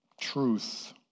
truth